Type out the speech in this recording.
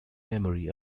memory